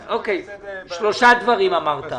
שלושה דברים אמרת,